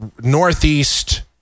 northeast